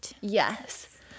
Yes